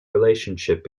relationship